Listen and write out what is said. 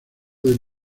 del